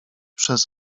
przez